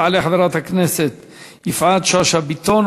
תעלה חברת הכנסת יפעת שאשא ביטון,